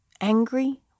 angry